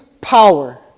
power